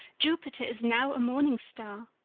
jupiter is now a morning star.